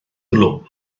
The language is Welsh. blwm